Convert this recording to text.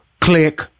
Click